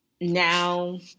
now